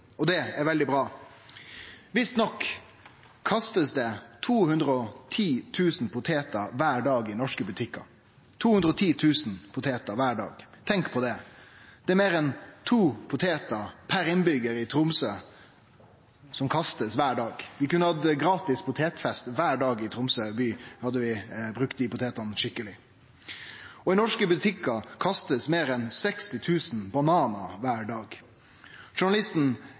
og det er veldig bra. Visst nok kastar norske butikkar 210 000 poteter kvar dag, 210 000 poteter kvar dag – tenk på det! Det er meir enn to poteter per innbyggjar i Tromsø som blir kasta kvar dag. Vi kunne hatt gratis potetfest kvar dag i Tromsø by dersom vi hadde brukt dei potetene skikkeleg. I norske butikkar blir det kasta meir enn 60 000 bananar kvar dag. Journalisten